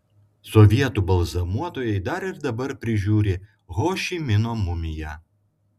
sovietų balzamuotojai dar ir dabar prižiūri ho ši mino mumiją